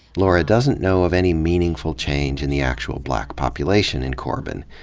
lora doesn't know of any meaningful change in the actual black population in corbin.